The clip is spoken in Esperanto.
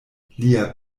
lia